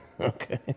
Okay